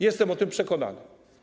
Jestem o tym przekonany.